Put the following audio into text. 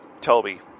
Toby